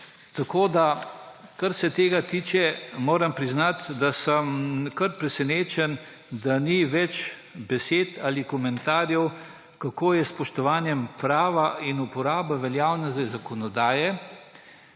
vračila. Kar se tega tiče, moram priznati, da sem kar presenečen, da ni več besed ali komentarjev, kako je s spoštovanjem prava in uporabe veljavne zakonodaje.